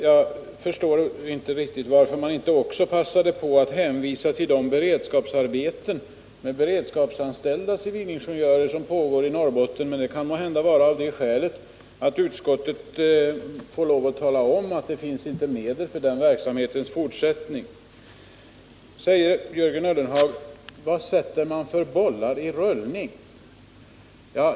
Jag förstår inte riktigt varför utskottet inte passade på att hänvisa till de beredskapsarbeten för civilingenjörer som pågår i Norrbotten, men det var måhända av det skälet att utskottet då får lov att tala om att det inte finns medel för en fortsättning av den verksamheten. Jörgen Ullenhag frågar vilka bollar man sätter i rullning.